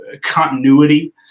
continuity